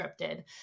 scripted